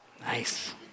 Nice